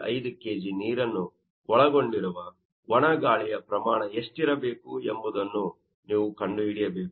5 kg ನೀರನ್ನು ಒಳಗೊಂಡಿರುವ ಒಣ ಗಾಳಿಯ ಪ್ರಮಾಣ ಎಷ್ಟಿರಬೇಕು ಎಂಬುದನ್ನು ನೀವು ಕಂಡುಹಿಡಿಯಬೇಕು